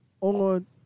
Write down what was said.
on